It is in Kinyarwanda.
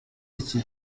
iki